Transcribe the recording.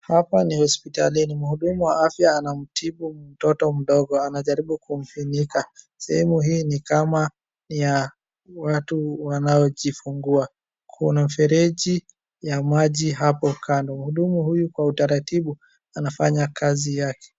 Hapa ni hospitalini. Mhudumu wa afya anamtibu mtoto mdogo. Anajaribu kumfunika. Sehemu hii ni kama ni ya watu wanao jifungua. Kuna mfereji ya maji hapo kando. Mhudumu huyu kwa utaratibu anafanya kazi yake.